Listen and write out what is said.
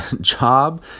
job